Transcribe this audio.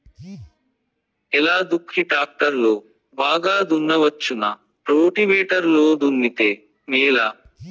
ఎలా దుక్కి టాక్టర్ లో బాగా దున్నవచ్చునా రోటివేటర్ లో దున్నితే మేలా?